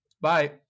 bye